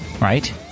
right